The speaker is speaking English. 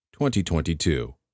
2022